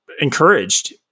encouraged